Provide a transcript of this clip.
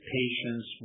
patients